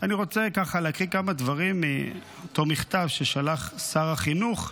אני רוצה להקריא כמה דברים מאותו מכתב ששלח שר החינוך.